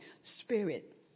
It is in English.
spirit